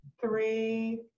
three